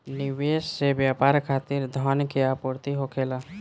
निवेश से व्यापार खातिर धन के आपूर्ति होखेला